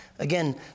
Again